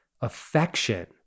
affection